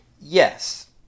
Yes